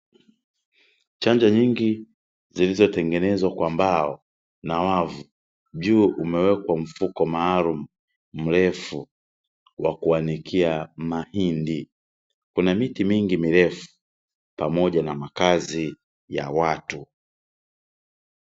Chanja nyingi zilizotengenezwa kwa mbao na wavu, juu umewekwa mfuko maalumu mrefu wa kuanikia mahindi. Kuna miti mingi mirefu pamoja na makazi ya watu.